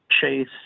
Chase